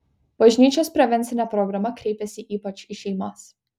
bažnyčios prevencinė programa kreipiasi ypač į šeimas